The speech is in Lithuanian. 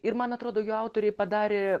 ir man atrodo jo autorė padarė